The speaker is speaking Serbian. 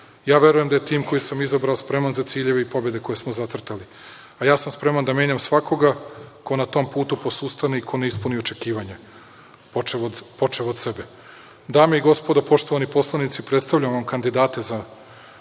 Verujem da je tim koji sam izabrao spreman za ciljeve i pobede koje smo zacrtali. Ja sam spreman da menjam svakoga ko na tom putu posustane i ko ne ispuni očekivanje, počev od sebe. Dame i gospodo poštovani poslanici, predstavljam vam kandidate za